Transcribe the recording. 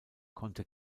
konnte